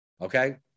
okay